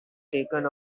taken